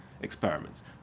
experiments